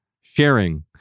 Sharing